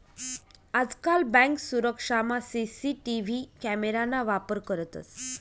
आजकाल बँक सुरक्षामा CCTV camera ना वापर करतंस